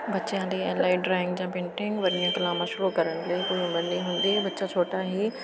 ਬੱਚਿਆਂ ਦੀਆਂ ਡਰਾਇੰਗ ਜਾਂ ਪੇਂਟਿੰਗ ਵਰਗੀਆਂ ਕਲਾਵਾਂ ਸ਼ੁਰੂ ਕਰਨ ਲਈ ਕੋਈ ਉਮਰ ਨਹੀਂ ਹੁੰਦੀ ਬੱਚਾ ਛੋਟਾ ਹੀ